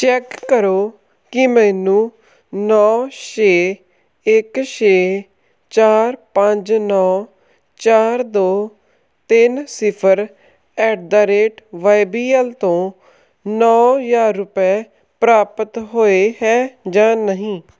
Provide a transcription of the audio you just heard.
check ਕਰੋ ਕਿ ਮੈਨੂੰ ਨੌਂ ਛੇ ਇੱਕ ਛੇ ਚਾਰ ਪੰਜ ਨੌਂ ਚਾਰ ਦੋ ਤਿੰਨ ਸਿਫਰ at the rate Y B L ਤੋਂ ਨੌਂ ਹਜ਼ਾਰ ਰੁਪਏ ਪ੍ਰਾਪਤ ਹੋਏ ਹੈ ਜਾਂ ਨਹੀਂ